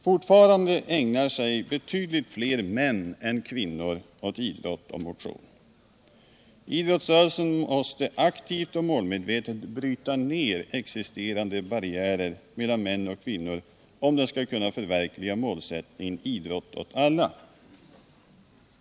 Fortfarande ägnar sig betydligt fler män än kvinnor åt idrott och motion. Idrottsrörelsen måste aktivt och målmedvetet bryta ner existerande barriärer mellan män och kvinnor, om den skall kunna förverkliga målsättningen idrott åt alla.